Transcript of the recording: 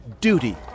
duty